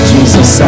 Jesus